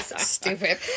stupid